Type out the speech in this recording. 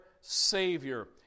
Savior